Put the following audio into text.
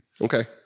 Okay